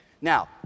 Now